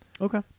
Okay